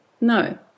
No